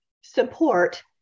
support